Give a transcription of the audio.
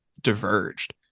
diverged